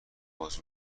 باز